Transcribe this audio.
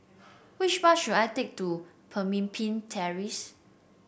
which bus should I take to Pemimpin Terrace